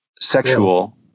sexual